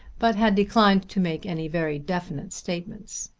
but had declined to make any very definite statements.